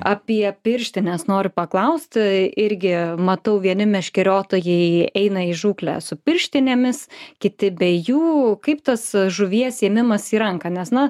apie pirštines noriu paklausti irgi matau vieni meškeriotojai eina į žūklę su pirštinėmis kiti be jų kaip tas žuvies ėmimas į ranką nes na